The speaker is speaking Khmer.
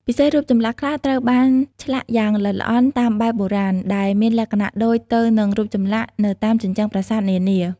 ពិសេសរូបចម្លាក់ខ្លះត្រូវបានឆ្លាក់យ៉ាងល្អិតល្អន់តាមបែបបុរាណ ដែលមានលក្ខណៈដូចទៅនឹងរូបចម្លាក់នៅតាមជញ្ជាំងប្រាសាទនានា។